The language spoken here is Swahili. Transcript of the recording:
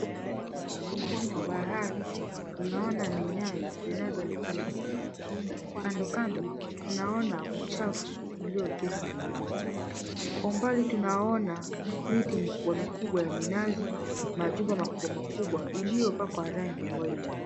Ufuoni wa bahari. Tunaona minyayo zinazoonekana kwa umbali. Kandokando tunaona uchafu ulioekeshwa na maji. Kwa umbali tunaona miti ni kuwa mikubwa ya minazi, majumba makubwa makubwa iliyopakwa rangi ya white .